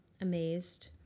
amazed